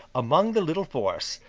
among the little force,